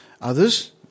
Others